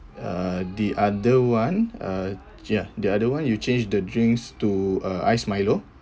uh the other one uh ya the other one you change the drinks to uh iced milo